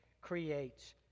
creates